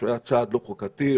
שהוא צעד לא חוקתי,